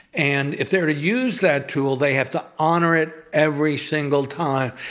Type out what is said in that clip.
and if they're to use that tool they have to honor it every single time.